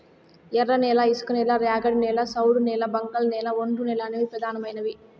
ఎర్రనేల, ఇసుకనేల, ర్యాగిడి నేల, సౌడు నేల, బంకకనేల, ఒండ్రునేల అనేవి పెదానమైనవి